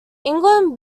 england